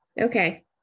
Okay